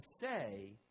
say